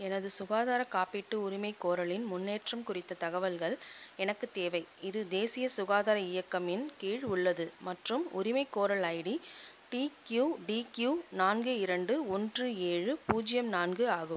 எனது சுகாதார காப்பீட்டு உரிமைகோரலின் முன்னேற்றம் குறித்த தகவல்கள் எனக்கு தேவை இது தேசிய சுகாதார இயக்கம் இன் கீழ் உள்ளது மற்றும் உரிமைகோரல் ஐடி டிக்யுடிக்யு நான்கு இரண்டு ஒன்று ஏழு பூஜ்யம் நான்கு ஆகும்